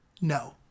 No